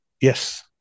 Yes